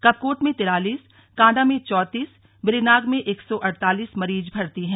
कपकोट में तिरालीस कांडा मे चौतीस बेरीनाग में एक सौ अड़तालीस मरीज भर्ती हैं